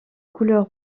couleur